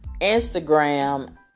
instagram